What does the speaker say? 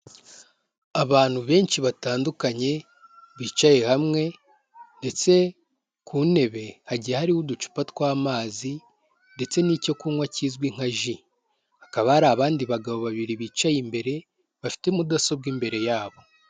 Abantu benshi batandukanye bicaye hamwe, ndetse ku ntebe hagiye hariho uducupa tw'amazi ndetse n'icyo kunywa kizwi nka ji, hakaba hari abandi bagabo babiri bicaye imbere bafite mudasobwa imbere yabo.